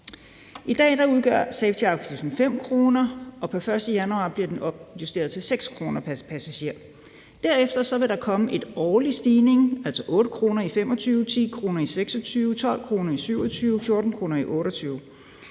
I dag udgør safetyafgiften 5 kr., og pr. 1. januar bliver den opjusteret til 6 kr. pr. passager. Derefter vil der komme en årlig stigning, så den bliver på 8 kr. i 2025, 10 kr. i 2026, 12 kr. i 2027, 14 kr. i 2028.